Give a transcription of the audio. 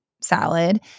salad